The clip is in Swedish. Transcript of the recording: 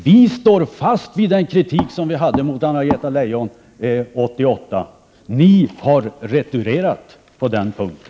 Vi står fast vid den kritik som vi framförde mot Anna-Greta Leijon 1988. Ni har retirerat på den punkten.